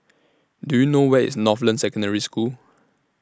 Do YOU know Where IS Northland Secondary School